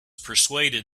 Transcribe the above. persuaded